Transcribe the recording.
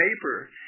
paper